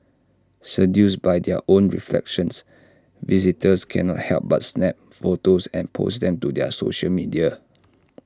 seduced by their own reflections visitors cannot help but snap photos and post them to their social media